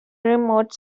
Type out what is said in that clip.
remote